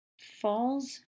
falls